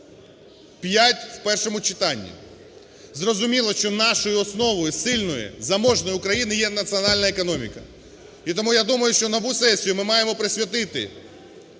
5 – в першому читанні. Зрозуміло, що нашою основою, сильної, заможної України, є національна економіка. І тому, я думаю, що нову сесію ми маємо присвятити